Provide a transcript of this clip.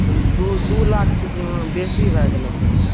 दू दू लाख तऽ बेशी भयगेलथिन तऽ